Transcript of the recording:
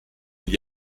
gli